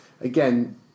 again